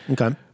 okay